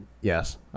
yes